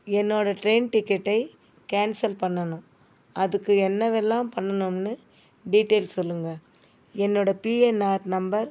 என்னோடய ட்ரெயின் டிக்கெட்டை கேன்சல் பண்ணணும் அதுக்கு என்னவெல்லாம் பண்ணணும்னு டீடெய்ல் சொல்லுங்கள் என்னோடய பிஎன்ஆர் நம்பர்